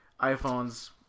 iPhone's